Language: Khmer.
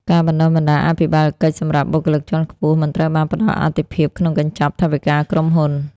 ការបណ្ដុះបណ្ដាលអភិបាលកិច្ចសម្រាប់បុគ្គលិកជាន់ខ្ពស់ មិនត្រូវបានផ្ដល់អាទិភាពក្នុងកញ្ចប់ថវិកាក្រុមហ៊ុន។